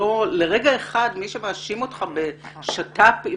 לרגע אחד מי שמאשים אותך בשיתוף פעולה